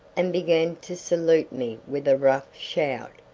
and began to salute me with a rough shout,